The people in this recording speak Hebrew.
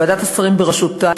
ועדת השרים בראשותי,